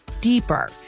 deeper